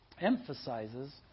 emphasizes